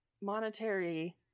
monetary